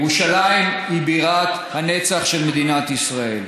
ירושלים היא בירת הנצח של מדינת ישראל.